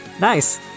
Nice